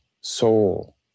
soul